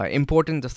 important